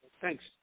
Thanks